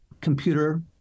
Computer